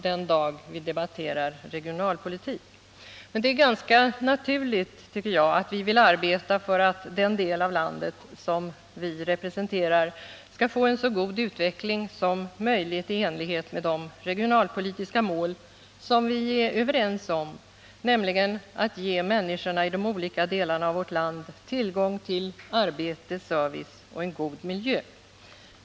Men jag tycker att det är ganska naturligt att vi vill arbeta för att den del av landet som vi representerar skall få en så god utveckling som möjligt i enlighet med de regionalpolitiska mål som vi är överens om, nämligen att ge människorna i de olika delarna av vårt land tillgång till arbete, service och en god miljö.